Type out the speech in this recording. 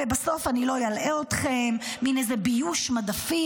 ובסוף, אני לא אלאה אתכם, מין איזה ביוש מדפי.